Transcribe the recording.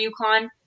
UConn